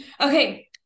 okay